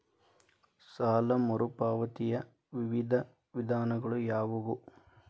ಸಾಲ ಮರುಪಾವತಿಯ ವಿವಿಧ ವಿಧಾನಗಳು ಯಾವುವು?